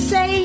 Say